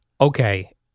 okay